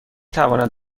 تواند